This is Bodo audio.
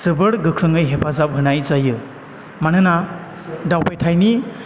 जोबोर गोख्रोङै हेफाजाब होनाय जायो मानोना दावबायथायनि